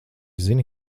zini